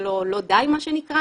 מידע וסייבר.